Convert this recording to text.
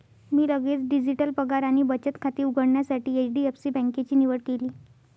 मी लगेच डिजिटल पगार आणि बचत खाते उघडण्यासाठी एच.डी.एफ.सी बँकेची निवड केली